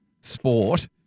sport